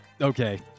Okay